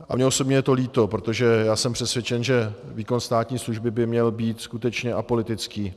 A mně osobně je to líto, protože já jsem přesvědčen, že výkon státní služby by měl být skutečně apolitický.